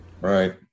Right